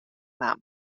naam